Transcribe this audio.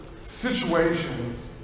situations